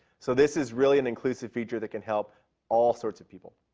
so this is really an inclusive feature that can help all sorts of people.